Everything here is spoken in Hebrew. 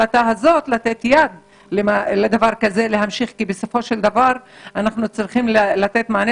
לתת יד לדבר כזה להמשיך כי בסופו של דבר אנחנו צריכים לתת מענה